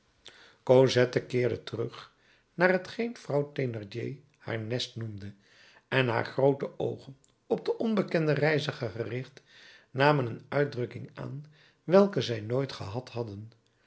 cosette keerde terug naar t geen vrouw thénardier haar nest noemde en haar groote oogen op den onbekenden reiziger gericht namen een uitdrukking aan welke zij nooit gehad hadden